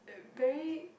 very